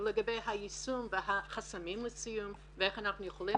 לגבי היישום והחסמים ואיך אנחנו יכולים